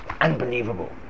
unbelievable